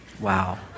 Wow